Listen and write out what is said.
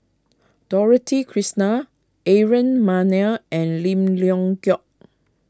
Dorothy Krishnan Aaron Maniam and Lim Leong Geok